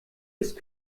ist